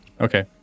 Okay